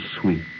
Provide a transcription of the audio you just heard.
sweet